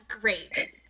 great